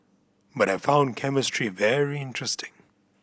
but I found chemistry very interesting